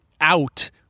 out